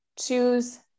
choose